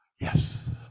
yes